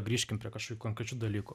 grįžkim prie kažkokių konkrečių dalykų